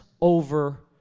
Over